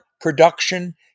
production